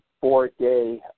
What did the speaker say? four-day